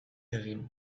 egin